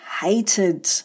hated